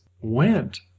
went